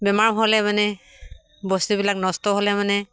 বেমাৰ হ'লে মানে বস্তুবিলাক নষ্ট হ'লে মানে